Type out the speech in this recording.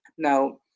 Now